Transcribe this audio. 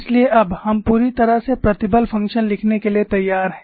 इसलिए अब हम पूरी तरह से प्रतिबल फंक्शन लिखने के लिए तैयार हैं